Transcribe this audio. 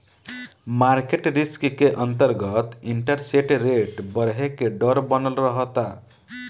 market risk के अंतरगत interest rate बरहे के डर बनल रहता